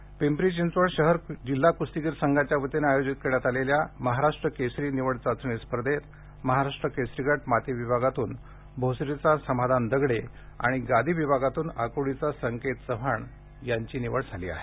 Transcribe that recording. कुस्ती पिंपरी चिंचवड शहर जिल्हा क्स्तीगीर संघाच्या वतीनं आयोजित करण्यात आलेल्या महाराष्ट्र केसरी निवड चाचणी स्पर्धेत महाराष्ट्र केसरी गट माती विभागातून भोसरीचा समाधान दगडे आणि गादी विभागातून आक्र्डीचा संकेत चव्हाण यांची निवड झाली आहे